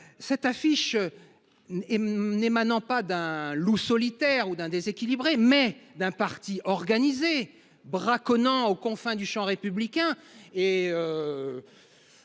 cette affiche émanant non pas d’un loup solitaire ou d’un déséquilibré, mais d’un parti organisé, braconnant aux confins du champ républicain